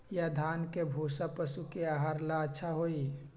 या धान के भूसा पशु के आहार ला अच्छा होई?